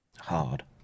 hard